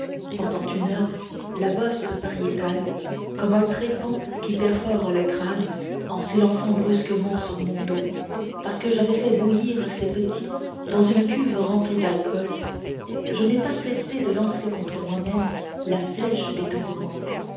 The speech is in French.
pendant une heure la bosse pariétale comme un trépan qui perfore le crâne en s'élançant brusquement sur mon dos parce que j'avais fait bouillir ses petits dans une cuve remplie d'alcool je n'ai pas cessé de lancer contre moi-même la flèche des tourments